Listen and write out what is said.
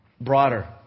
broader